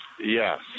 Yes